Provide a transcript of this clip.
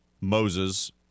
Moses